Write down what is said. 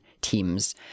teams